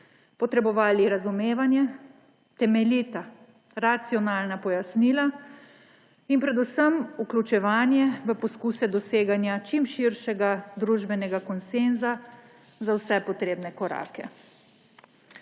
potrebovali razumevanje, temeljita, racionalna pojasnila in predvsem vključevanje v poskuse doseganja čim širšega družbenega konsenza za vse potrebne korake.